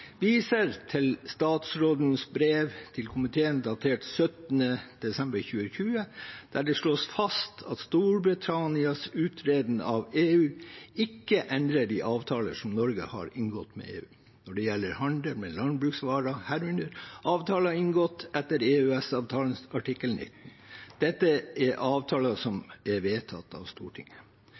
viser til statsrådens brev til komiteen datert 17. desember 2020, der det slås fast at Storbritannias uttreden av EU ikke endrer de avtaler som Norge har inngått med EU når det gjelder handel med landbruksvarer, herunder avtaler inngått etter EØS-avtalens artikkel 19. Dette er avtaler som er vedtatt av Stortinget.